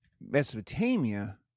Mesopotamia